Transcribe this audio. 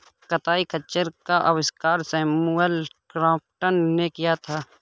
कताई खच्चर का आविष्कार सैमुअल क्रॉम्पटन ने किया था